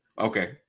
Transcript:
Okay